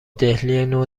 دهلینو